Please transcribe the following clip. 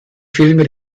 filme